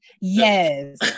Yes